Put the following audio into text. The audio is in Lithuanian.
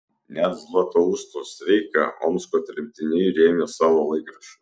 net zlatousto streiką omsko tremtiniai rėmė savo laikraščiu